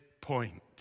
point